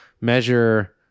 measure